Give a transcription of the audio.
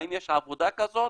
האם יש עבודה כזאת?